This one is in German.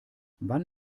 wann